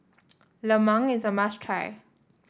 Lemang is a must try